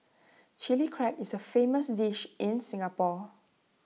Chilli Crab is A famous dish in Singapore